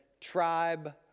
tribe